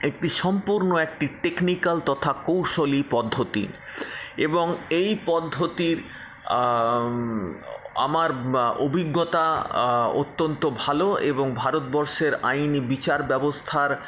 একটি সম্পূর্ণ একটি টেকনিক্যাল তথা কৌশলি পদ্ধতি এবং এই পদ্ধতির আমার অভিজ্ঞতা অত্যন্ত ভালো এবং ভারতবর্ষের আইনি বিচার ব্যবস্থার